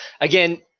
Again